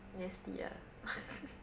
nasty ah